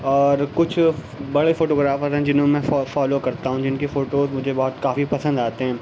اور کچھ بڑے فوٹو گرافر ہیں جنہوں میں فالو کرتا ہوں جن کے فوٹوز مجھے بہت کافی پسند آتے ہیں